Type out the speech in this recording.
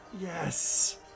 Yes